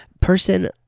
person